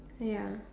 ya